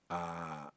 uh